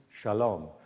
shalom